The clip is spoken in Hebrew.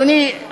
כנראה,